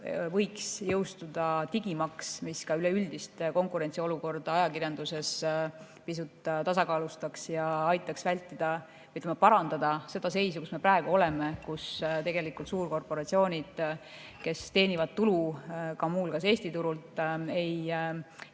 võiks jõustuda digimaks, mis ka üleüldist konkurentsiolukorda ajakirjanduses pisut tasakaalustaks ja aitaks parandada seda seisu, kus me praegu oleme. Tegelikult on nii, et suurkorporatsioonid, kes teenivad tulu muu hulgas ka Eesti turult, ei